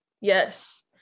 yes